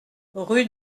rue